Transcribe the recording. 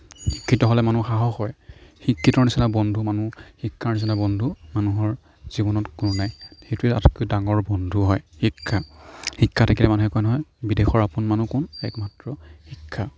শিক্ষিত হ'লে মানুহ সাহস হয় শিক্ষিতৰ নিচিনা বন্ধু মানুহ শিক্ষাৰ নিচিনা বন্ধু মানুহৰ জীৱনত কোনো নাই সেইটোৱেই আটাইতকৈ ডাঙৰ বন্ধু হয় শিক্ষা শিক্ষা থাকিলে মানুহে কয় নহয় বিদেশৰ আপোন মানুহ কোন এক মাত্ৰ শিক্ষা